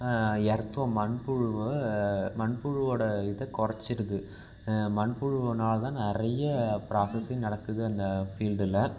earthworm மண்புழுவை மண்புழுவோட இதை குறச்சிருது மண்புழுவினால தான் நிறைய ப்ராசஸ்ஸே நடக்குது அந்த ஃபீல்டில்